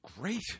great